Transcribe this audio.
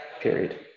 period